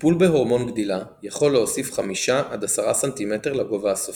טיפול בהורמון גדילה יכול להוסיף 5–10 סנטימטר לגובה הסופי.